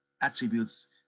attributes